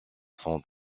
sont